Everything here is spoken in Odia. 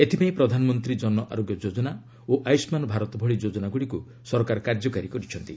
ଏଥିପାଇଁ 'ପ୍ରଧାନମନ୍ତ୍ରୀ କନ ଆରୋଗ୍ୟ ଯୋଜନା' ଓ 'ଆୟୁଷ୍କାନ ଭାରତ' ଭଳି ଯୋଜନାଗୁଡ଼ିକୁ ସରକାର କାର୍ଯ୍ୟକାରୀ କରିଛନ୍ତି